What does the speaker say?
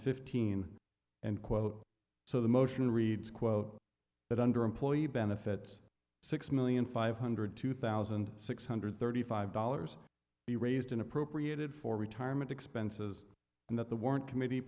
fifteen and quote so the motion reads quote that under employee benefits six million five hundred two thousand six hundred thirty five dollars be raised in appropriated for retirement expenses and that the warrant committee